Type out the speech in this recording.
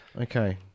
Okay